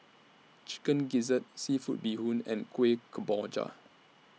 Chicken Gizzard Seafood Bee Hoon and Kueh Kemboja